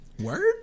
Word